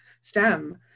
STEM